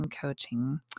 Coaching